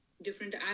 different